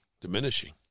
diminishing